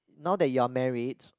now that you are married